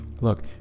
Look